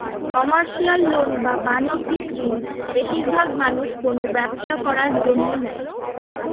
commercial loan বা বাণিজ্যিক ঋণ বেশিরবাগ মানুষ কোনো ব্যবসা করার জন্য নেয়